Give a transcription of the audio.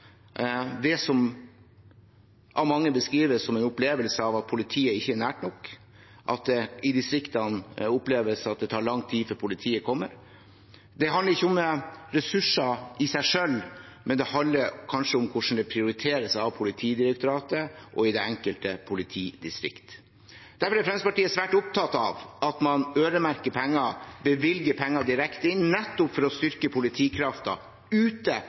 mange beskriver en opplevelse av at politiet ikke er nært nok, at man i distriktene opplever at det tar lang tid før politiet kommer. Det handler ikke om ressurser i seg selv, men det handler kanskje om hvordan dette prioriteres av Politidirektoratet og i det enkelte politidistrikt. Derfor er Fremskrittspartiet svært opptatt av at man øremerker penger, bevilger penger direkte inn, nettopp for å styrke politikraften ute